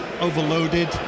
overloaded